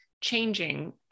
changing